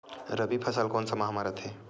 रबी फसल कोन सा माह म रथे?